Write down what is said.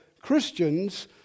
Christians